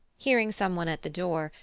hearing someone at the door,